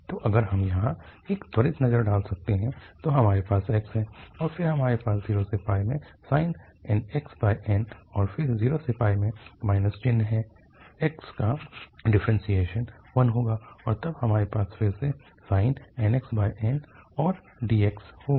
तो अगर हम यहाँ एक त्वरित नज़र डाल सकते हैं तो हमारे पास x है और फिर हमारे पास 0 से में sin nx n और फिर 0 से में चिह्न है x का डिफ्रेन्शिएशन 1 होगा और तब हमारे पास फिर से sin nx n और dx होगा